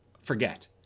forget